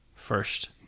First